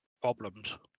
problems